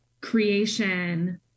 creation